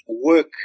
work